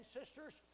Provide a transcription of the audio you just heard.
sisters